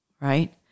right